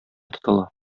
тотыла